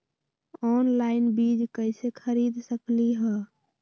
Online बीज कईसे खरीद सकली ह?